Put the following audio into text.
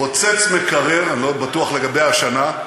פוצץ מקרר, אני לא בטוח לגבי השנה,